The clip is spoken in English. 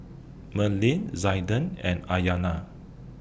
Marlee Zaiden and Aiyana